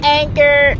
anchor